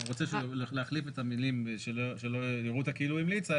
הוא רוצה להחליף את המילים "יראו אותה כאילו המליצה"